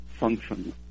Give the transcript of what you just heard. function